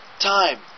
time